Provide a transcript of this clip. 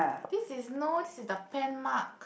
this is no this is the pen mark